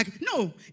No